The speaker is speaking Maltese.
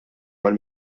mal